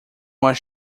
was